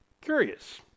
curious